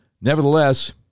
Nevertheless